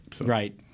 Right